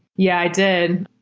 yeah, i did.